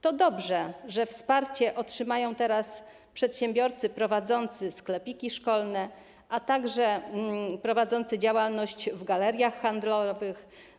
To dobrze, że wsparcie otrzymają teraz przedsiębiorcy prowadzący sklepiki szkolne, a także przedsiębiorcy prowadzący działalność w galeriach handlowych.